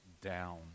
down